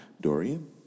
Dorian